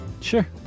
Sure